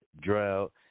drought